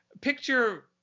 picture